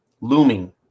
looming